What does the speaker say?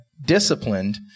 disciplined